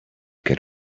get